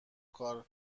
کار